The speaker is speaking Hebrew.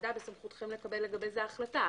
הוועדה בסמכותכם לקבל לגבי זה החלטה,